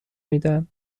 میدن